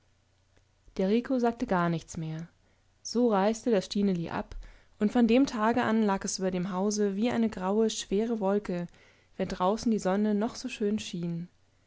der rico sagte gar nichts mehr so reiste das stineli ab und von dem tage an lag es über dem hause wie eine graue schwere wolke wenn draußen die sonne noch so schön schien